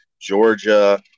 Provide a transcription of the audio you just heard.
Georgia